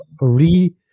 re